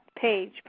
page